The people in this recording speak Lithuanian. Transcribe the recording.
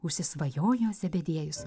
užsisvajojo zebediejus